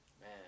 man